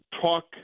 talk